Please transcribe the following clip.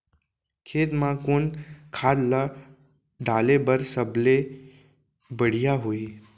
खेत म कोन खाद ला डाले बर सबले बढ़िया होही?